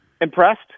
Impressed